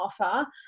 offer